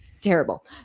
terrible